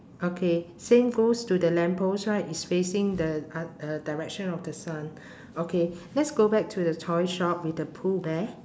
okay same goes to the lamppost right it's facing the ah uh direction of the sun okay let's go back to the toy shop with the pooh bear